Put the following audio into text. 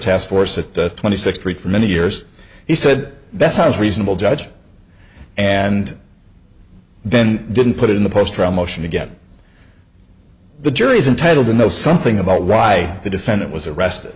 task force that twenty six three for many years he said that sounds reasonable judge and then didn't put it in the post from ocean again the jury's entitled to know something about why the defendant was arrested